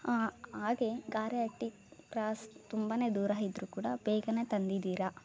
ಹಾಗೆ ಗಾರೆ ಹಟ್ಟಿ ಕ್ರಾಸ್ ತುಂಬ ದೂರ ಇದ್ರು ಕೂಡ ಬೇಗ ತಂದಿದ್ದೀರ